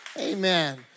Amen